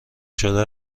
شده